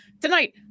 Tonight